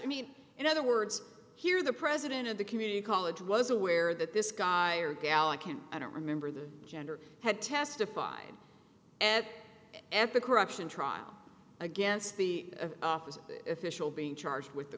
to me in other words here the president of the community college was aware that this guy or gal i can't i don't remember the gender had testified at epic corruption trial against the of office official being charged with the